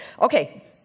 Okay